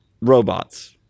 robots